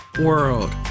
world